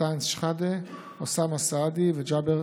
אנטאנס שחאדה, אוסאמה סעדי וג'אבר